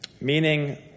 Meaning